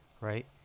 right